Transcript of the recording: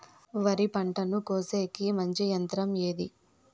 వరి పంటను కోసేకి మంచి యంత్రం ఏది?